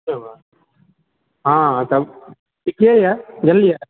हँ तब ठीके यऽ जनलिऐ